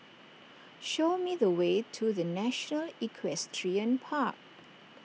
show me the way to the National Equestrian Park